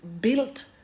built